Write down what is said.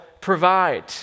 provide